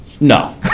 No